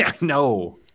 No